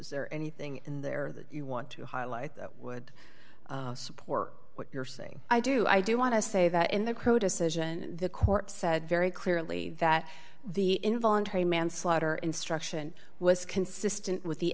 is there anything in there that you want to highlight that would support what you're saying i do i i do want to say that in the crow decision the court said very clearly that the involuntary manslaughter instruction was consistent with the